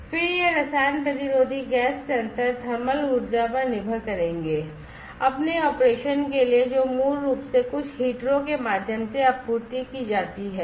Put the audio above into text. और फिर ये रसायन प्रतिरोधी गैस सेंसर थर्मल ऊर्जा पर निर्भर करेंगे अपने ऑपरेशन के लिए जो मूल रूप से कुछ हीटरों के माध्यम से आपूर्ति की जाती है